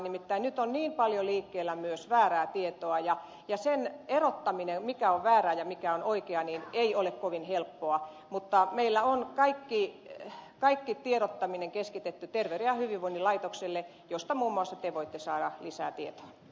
nimittäin nyt on niin paljon liikkeellä myös väärää tietoa ja sen erottaminen mikä on väärää ja mikä on oikeaa ei ole kovin helppoa mutta meillä on kaikki tiedottaminen keskitetty terveyden ja hyvinvoinnin laitokselle josta muun muassa te voitte saada lisää tietoa